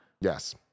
Yes